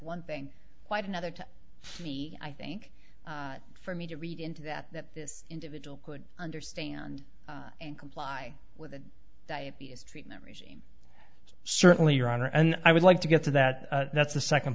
one thing quite another to feed i think for me to read into that that this individual could understand and comply with the diabetes treatment regime certainly your honor and i would like to get to that that's the second